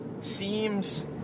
seems